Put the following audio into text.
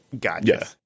Gotcha